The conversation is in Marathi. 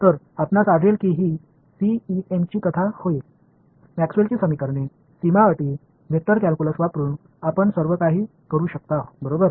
तर आपणास आढळेल की ही सीईएमची कथा होईल मॅक्सवेलची समीकरणे सीमा अटी वेक्टर कॅल्क्युलस वापरुन आपण सर्वकाही करू शकता बरोबर